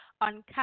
on